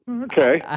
Okay